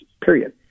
period